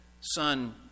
son